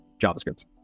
JavaScript